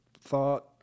thought